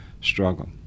struggle